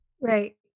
right